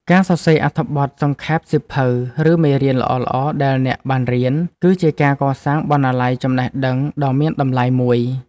ការសរសេរអត្ថបទសង្ខេបសៀវភៅ ឬមេរៀនល្អៗដែលអ្នកបានរៀន គឺជាការកសាងបណ្ណាល័យចំណេះដឹងដ៏មានតម្លៃមួយ។